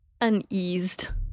uneased